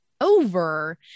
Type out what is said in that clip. over